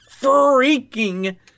freaking